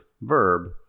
verb